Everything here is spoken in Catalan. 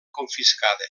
confiscada